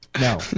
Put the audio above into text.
No